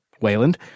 Wayland